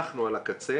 אנחנו על הקצה,